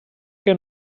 que